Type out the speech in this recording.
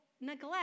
neglect